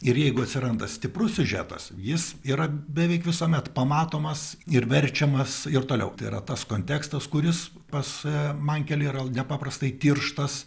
ir jeigu atsiranda stiprus siužetas jis yra beveik visuomet pamatomas ir verčiamas ir toliau tai yra tas kontekstas kuris pas mankelį yra nepaprastai tirštas